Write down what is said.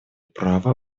права